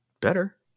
better